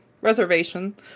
reservation